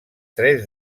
tres